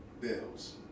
bills